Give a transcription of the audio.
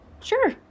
Sure